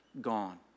gone